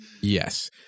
yes